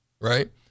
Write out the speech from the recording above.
right